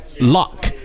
luck